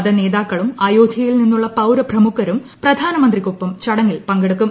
മതനേത്പൂക്കളും അയോധ്യയിൽ നിന്നുള്ള പൌര പ്രമുഖരും പ്രധാനമന്ത്രീക്കൊപ്പം ചടങ്ങിൽ പങ്കെടുക്കും